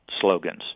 slogans